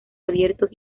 abiertos